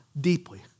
deeply